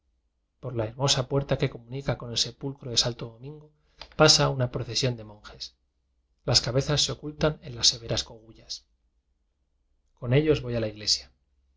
por la hermosa puerta que comunica con el se pulcro de santo domingo pasa una procebiblioteca nacional de españa sión de monjes las cabezas se ocultan en as severas cogullas con ellos voy a la iglesia